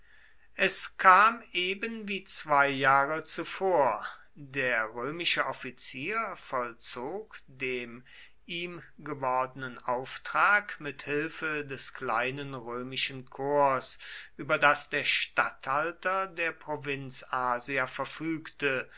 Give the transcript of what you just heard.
es kam eben wie zwei jahre zuvor der römische offizier vollzog dem ihm gewordenen auftrag mit hilfe des kleinen römischen korps über das der statthalter der provinz asia verfügte